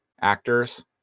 actors